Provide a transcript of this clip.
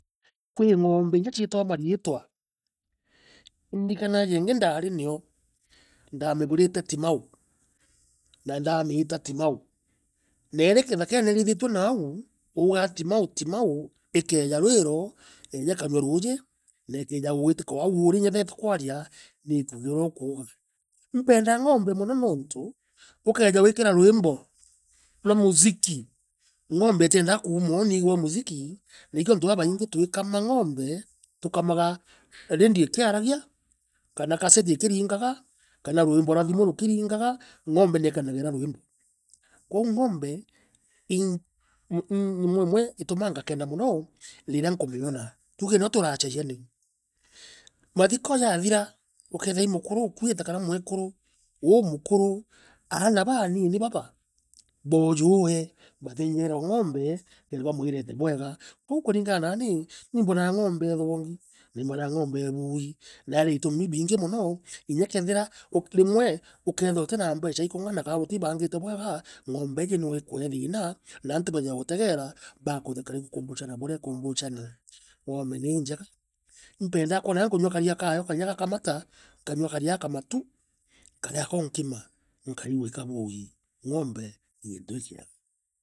Kwi ngombe inya chitagwa manitwae indikana yengi ndaari noo. Ndamigurite Timau na ndoamita Timauneeri kithakene iriithitwe nau waugaa Timau Timau ikeeja rwiro yeeja ikanyua ruuji na ikeeja kwitika o au uri inya ethia itikwavia niikagua urea ukuuga impendaa ngombo mono nontu ukaeja gwikira rwimbo na muziki ngombo itiendaa kuuma o nontu niikagua muziki na nikio antu babuingitwikuma ngombo tukamaga vedio ikiaragia kana kaseti ikirinyaga kana rwimbo rwa thimu rukiriugaga ngombe niikanagira rwimbo kwou ngombe i i nyumoo imwe itumaa ngakena mono indiria nkumiona tuugire nio turuachagia neo. Mathiko jaathira ukethira i mukuru ukuite kana mwekuru uumukuru aana baanini baab boojuwe bathiinjaira ngombe kenda bamwira eete bwegakwou kuringana nani imbonaa ngombe ithongi na imbonaa ngombe niinjega. Impendaa kwona riria nkunywa karia kayo kaiya gakamata nkanyua karia kamatu nkarea ako nkima nkaigua ikabuui ngombe i kintu giikiegai.